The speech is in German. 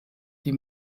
die